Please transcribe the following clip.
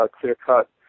clear-cut